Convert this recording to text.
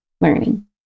learning